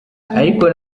ariko